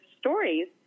stories